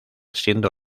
siendo